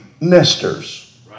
nesters